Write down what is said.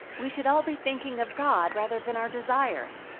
we should all be thinking of god rather than our desires.